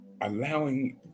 allowing